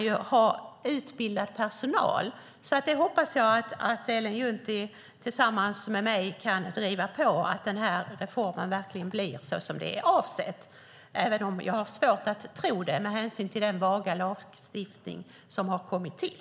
Jag hoppas att Ellen Juntti tillsammans med mig kan driva på att denna reform verkligen blir så som den är avsedd, även om jag har svårt att tro det med hänsyn till den vaga lagstiftning som har kommit till.